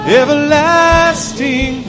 everlasting